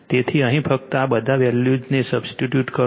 તેથી અહીં ફક્ત આ બધા વેલ્યુઝને સબસ્ટીટ્યુટ કરો